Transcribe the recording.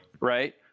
Right